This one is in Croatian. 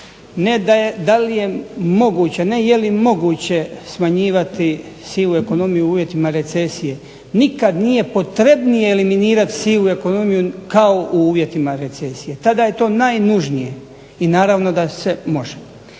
Ne da li je moguće, ne jeli moguće smanjivati sivu ekonomiju u uvjetima recesije. Nikada nije potrebnije eliminirati sivu ekonomiju kao u uvjetima recesije, tada je to najnužnije i naravno da se to može.